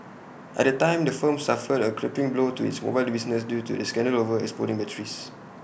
at the time the firm suffered A crippling blow to its mobile business due to the scandal over exploding batteries